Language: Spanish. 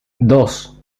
dos